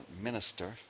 minister